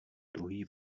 druhý